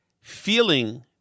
feeling